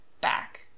back